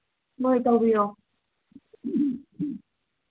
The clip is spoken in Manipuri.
ꯍꯣꯏ ꯇꯧꯕꯤꯔꯣ